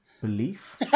belief